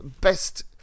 best